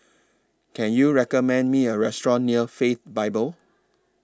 Can YOU recommend Me A Restaurant near Faith Bible